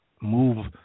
move